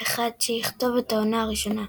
אחד שיכתוב את העונה הראשונה.